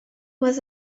was